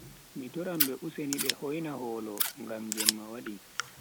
Mi toran be useni be hoina holo ngam jemma wadi.